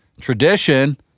tradition